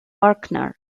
bruckner